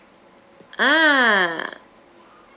ah